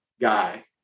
guy